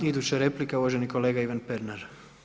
Iduća replika uvaženi kolega Ivan Pernar.